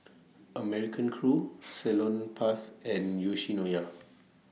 American Crew Salonpas and Yoshinoya